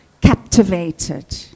captivated